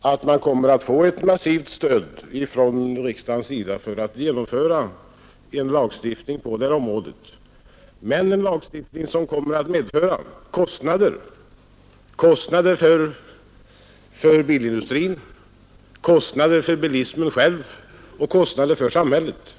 hoppas vi på ett massivt stöd från riksdagens sida för att kunna genomföra en lagstiftning på detta område. Det kanske blir en lagstiftning som kommer att medföra kostnader för bilindustrin, för bilismen själv och för samhället.